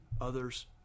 others